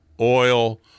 oil